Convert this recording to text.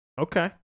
Okay